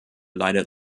leidet